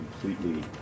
completely